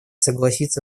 согласиться